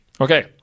Okay